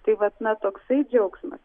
tai vat na toksai džiaugsmas